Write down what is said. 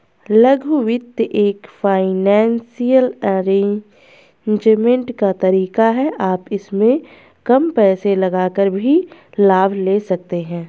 लघु वित्त एक फाइनेंसियल अरेजमेंट का तरीका है आप इसमें कम पैसे लगाकर भी लाभ ले सकते हैं